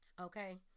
okay